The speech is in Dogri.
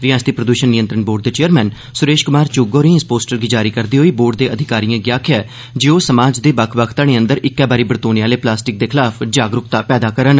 रिआसती प्रद्षण नियंत्रण बोर्ड दे चेयरमैन सुरेश कुमार चुग होरे इस पोस्टर गी जारी करदे होई बोर्ड दे अधिकारिए गी आखेआ जे ओह समाज दे बक्ख बक्ख घड़े अंदर इक्कै बारी बरतोने आहले प्लास्टिक दे खलाफ जागरूकता पैदा करन